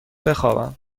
بخوابم